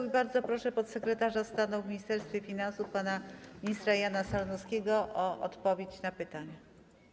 I bardzo proszę podsekretarza stanu w Ministerstwie Finansów pana ministra Jana Sarnowskiego o odpowiedź na pytania.